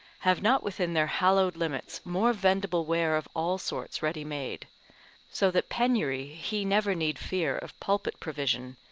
have not within their hallowed limits more vendible ware of all sorts ready made so that penury he never need fear of pulpit provision,